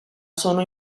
sono